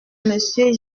monsieur